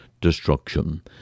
destruction